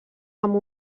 amb